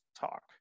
talk